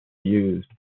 used